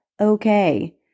okay